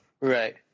Right